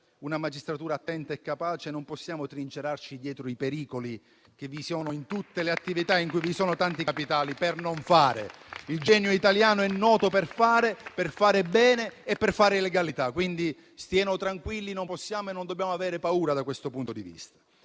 una magistratura attenta e capace: non possiamo trincerarci dietro i pericoli che vi sono in tutte le attività in cui vi sono tanti capitali per non fare. Il genio italiano è noto per fare, per fare bene e per fare in legalità. Stiano quindi tranquilli: non possiamo e non dobbiamo avere paura da questo punto di vista.